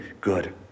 good